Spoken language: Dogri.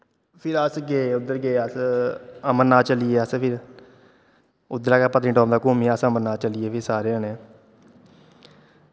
फिर अस गे उद्धर गे अस अमरनाथ चली गे अस फिर उद्धरा गै पत्नीटाप दा घूमियै अस अमरनाथ चली गे फ्ही सारे जने